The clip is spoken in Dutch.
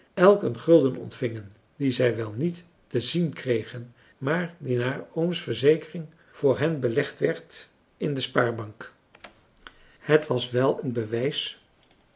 een gulden ontvingen dien zij wel niet te zien kregen maar die naar ooms verzekering voor hen belegd werd in de spaarbank het was wel een bewijs